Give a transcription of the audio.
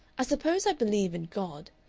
i suppose i believe in god.